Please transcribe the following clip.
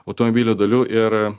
automobilio dalių ir